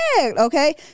Okay